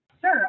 Sure